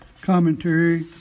commentary